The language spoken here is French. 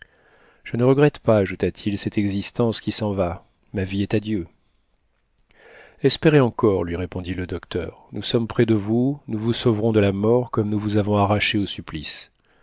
je ne regrette pas ajouta-t-il cette existence qui s'en va ma vie est dieu espérez encore lui répondit le docteur nous sommes près de vous nous vous sauverons de la mort comme nous vous avons arraché au supplice